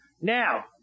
Now